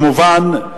כמובן,